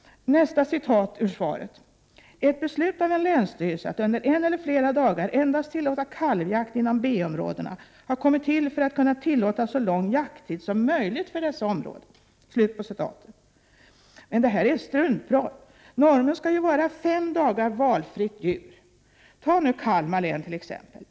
I svaret fortsätter jordbruksministern: ”Ett beslut av en länsstyrelse att 37 under en eller flera dagar endast tillåta kalvjakt inom B-områdena har kommit till för att kunna tillåta så lång jakttid som möjligt för dessa områden.” Det är struntprat. Normen skall ju vara fem dagar valfritt djur. Tag nu t.ex. Kalmar län.